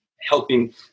helping